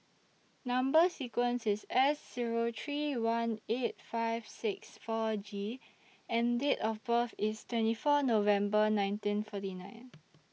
Number sequence IS S Zero three one eight five six four G and Date of birth IS twenty four November nineteen forty nine